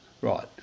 Right